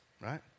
right